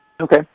Okay